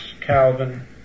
Calvin